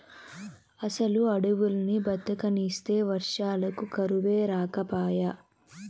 అసలు అడవుల్ని బతకనిస్తే వర్షాలకు కరువే రాకపాయే